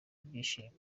bishyimbo